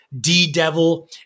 D-Devil